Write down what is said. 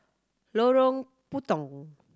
Lorong Putong